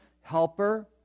Helper